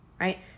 right